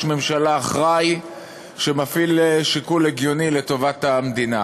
ממשלה אחראי שמפעיל שיקול הגיוני לטובת המדינה.